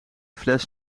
fles